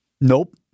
Nope